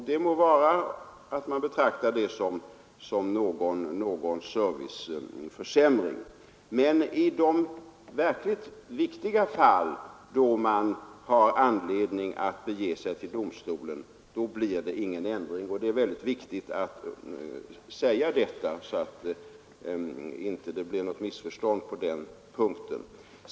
Det må vara att man betraktar detta som en serviceförsämring, men i de verkligt viktiga fall, då man har anledning att bege sig till domstolen, blir det ingen ändring. Det är viktigt att säga detta, så att det inte uppstår missförstånd på den punkten.